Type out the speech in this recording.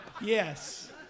Yes